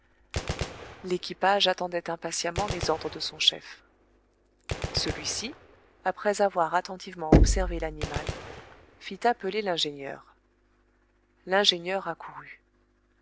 l'équipage attendait impatiemment les ordres de son chef celui-ci après avoir attentivement observé l'animal fit appeler l'ingénieur l'ingénieur accourut